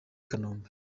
kanombe